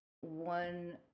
one